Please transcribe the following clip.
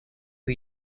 who